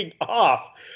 off